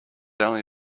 only